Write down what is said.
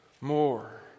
more